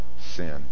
sin